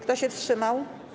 Kto się wstrzymał?